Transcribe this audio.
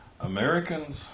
Americans